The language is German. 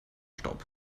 staub